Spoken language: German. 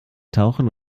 tauchen